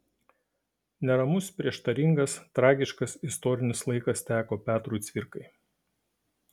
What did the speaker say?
neramus prieštaringas tragiškas istorinis laikas teko petrui cvirkai